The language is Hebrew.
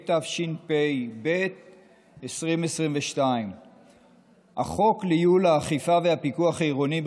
התשפ"ב 2022. החוק לייעול האכיפה והפיקוח העירוניים